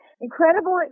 incredible